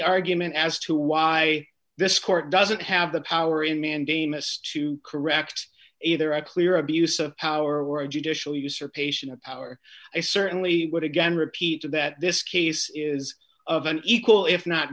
argument as to why this court doesn't have the power in mandamus to correct either a clear abuse of power or a judicial usurpation of power i certainly would again repeat of that this case is of an equal if not